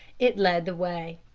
it led the way.